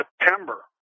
September